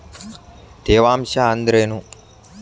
ತೇವಾಂಶ ಅಂದ್ರೇನು?